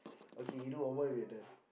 okay you do one more and we're done